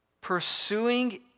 pursuing